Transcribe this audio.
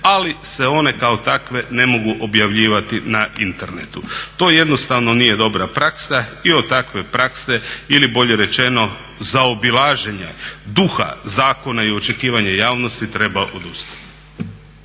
ali se one kao takve ne mogu objavljivati na internetu. To jednostavno nije dobra praksa i od takve prakse ili bolje rečeno zaobilaženja duha zakona i očekivanje javnosti treba odustati.